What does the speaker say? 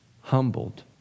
humbled